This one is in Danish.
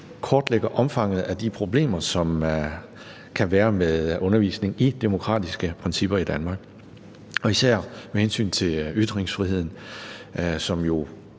kortlægger omfanget af de problemer, som der kan være med undervisning i demokratiske principper i Danmark og især med hensyn til ytringsfriheden, som jo